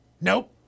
Nope